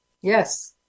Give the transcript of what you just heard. yes